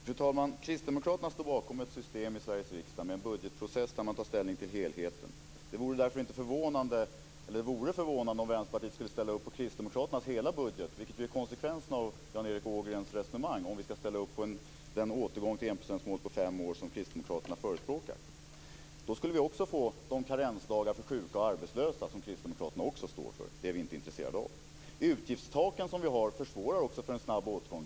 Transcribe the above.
Fru talman! Kristdemokraterna står bakom ett system i Sveriges riksdag med en budgetprocess där man tar ställning till helheten. Det vore förvånande om Vänsterpartiet skulle ställa upp på Kristdemokraternas hela budget, vilket är konsekvensen av Jan Erik Ågrens resonemang, att ställa upp på den återgång till enprocentsmålet på fem år som Kristdemokraterna förespråkar. Då skulle vi också få de karensdagar för sjuka och arbetslösa som Kristdemokraterna också står för. Det är vi inte intresserade av. De utgiftstak som vi har försvårar också en snabb återgång.